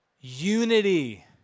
Unity